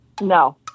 No